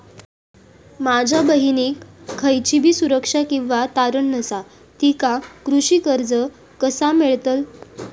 माझ्या बहिणीक खयचीबी सुरक्षा किंवा तारण नसा तिका कृषी कर्ज कसा मेळतल?